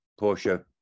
Porsche